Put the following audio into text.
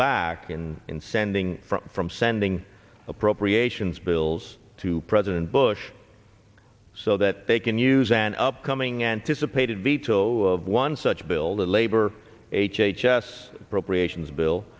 back and in sending from sending appropriations bills to president bush so that they can use an upcoming anticipated veto of one such bill the labor h h s appropriations bill